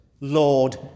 Lord